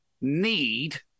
need